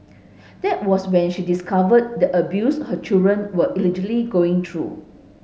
that was when she discovered the abuse her children were allegedly going through